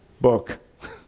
book